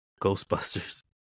Ghostbusters